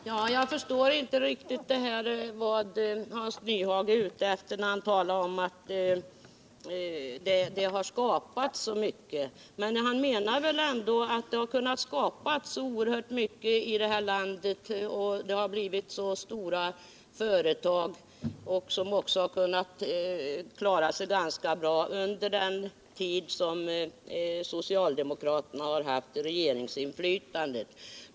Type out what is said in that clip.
Herr talman! Jag förstår inte riktigt vad Hans Nyhage är ute efter när han talar om att det har skapats så mycket. Men han menar väl att det har kunnat skapas så oerhört mycket i det här landet att det har kunnat bli stora företag, som då också har klarat sig bra under den tid då socialdemokraterna innehade regeringsmakten.